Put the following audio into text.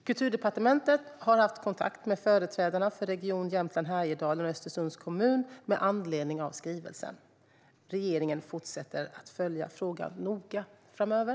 Kulturdepartementet har haft kontakt med företrädarna för Region Jämtland Härjedalen och Östersunds kommun med anledning av skrivelsen. Regeringen fortsätter att följa frågan noga framöver.